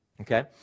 okay